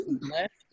left